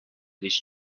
this